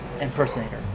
impersonator